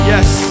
Yes